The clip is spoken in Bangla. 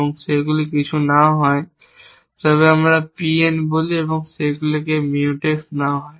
এবং সেগুলি কিছু না হয় তবে আমরা P n বলি এবং সেগুলি Mutex না হয়